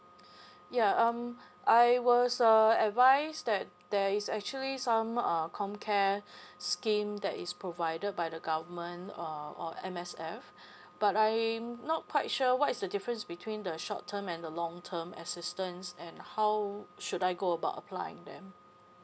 ya um I was uh advice that there is actually some uh com care scheme that is provided by the government uh or M_S_F but I'm not quite sure what is the difference between the short term and the long term assistance and how should I go about applying them